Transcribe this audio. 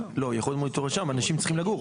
לא, יכול להיות --- שם, אנשים צריכים לגור.